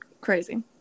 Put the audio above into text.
crazy